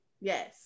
Yes